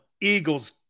Eagles